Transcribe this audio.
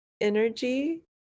energy